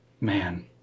Man